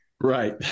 right